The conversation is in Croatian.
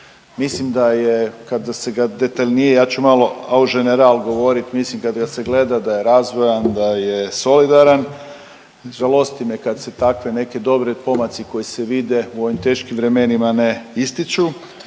Mislim da je kada se ga detaljnije, ja ću malo .../nerazumljivo/... general govoriti, mislim da kada ga se gleda da je razvojan, da je solidaran, žalosti me kada se takve neke dobre pomaci koji se vide u ovim teškim vremenima ne ističu.